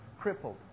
Crippled